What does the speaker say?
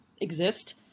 exist